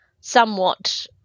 somewhat